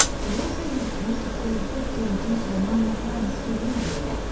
he also missed most of game fifteen due to a minor hamstring injury.